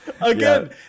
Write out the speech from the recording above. Again